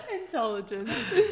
Intelligence